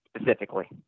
specifically